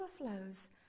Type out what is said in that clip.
overflows